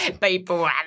people